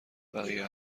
بقیه